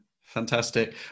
fantastic